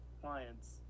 clients